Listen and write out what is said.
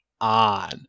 on